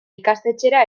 ikastetxera